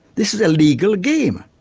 this is a legal game.